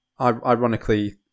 ironically